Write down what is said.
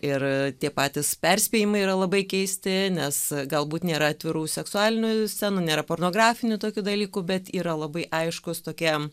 ir tie patys perspėjimai yra labai keisti nes galbūt nėra atvirų seksualinių scenų nėra pornografinių tokių dalykų bet yra labai aiškūs tokie